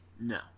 No